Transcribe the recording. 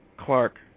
Clark